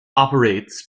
operates